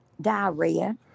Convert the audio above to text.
Diarrhea